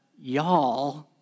y'all